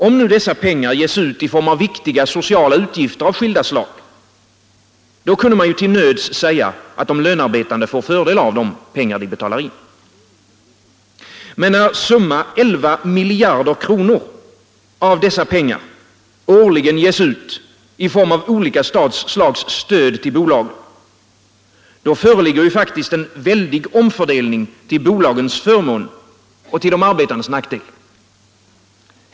Om nu dessa pengar ges ut i form av viktiga sociala utgifter av skilda slag kunde man till nöds säga att de lönearbetande får fördel av de pengar de betalar in. Men när 11 miljarder kr. av dessa pengar årligen ges ut i form av olika slags stöd till bolagen, då föreligger faktiskt en väldig omfördelning till bolagens förmån och de arbetandes nackdel.